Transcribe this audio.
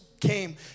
came